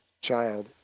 child